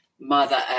Mother